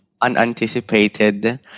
unanticipated